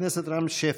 חבר הכנסת רם שפע.